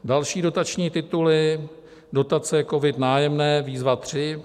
Další dotační tituly, dotace COVID Nájemné, Výzva 3.